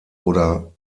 oder